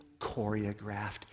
choreographed